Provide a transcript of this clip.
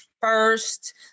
first